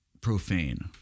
Profane